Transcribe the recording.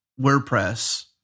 WordPress